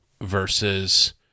versus